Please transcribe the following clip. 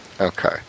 Okay